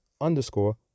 underscore